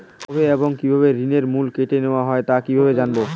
কবে এবং কিভাবে ঋণের মূল্য কেটে নেওয়া হয় তা কিভাবে জানবো?